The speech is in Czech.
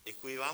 Děkuji vám.